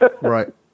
Right